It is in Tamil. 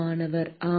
மாணவர் ஆம்